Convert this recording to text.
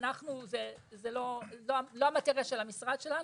זה לא המטריה של המשרד שלנו,